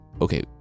okay